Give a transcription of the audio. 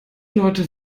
leute